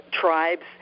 tribes